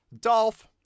Dolph